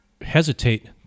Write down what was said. hesitate